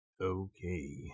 Okay